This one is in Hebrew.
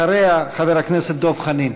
אחריה, חבר הכנסת דב חנין.